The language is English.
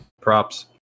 Props